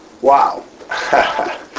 Wow